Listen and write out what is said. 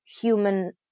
human